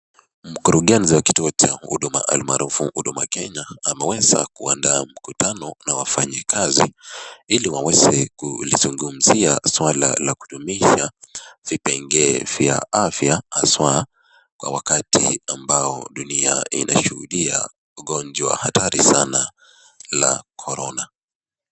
Mkurungenzi wa kituo cha huduma almaarufu Huduma Kenya ameweza kuandaa mkutano na wafanyikazi ili waweze kulizungumzia swala la kudumisha vipengee vya afya haswa kwa wakati ambao dunia inashuhudia ugonjwa hatari sana la corona .